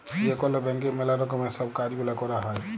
যে কল ব্যাংকে ম্যালা রকমের সব কাজ গুলা ক্যরা হ্যয়